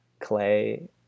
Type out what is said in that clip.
clay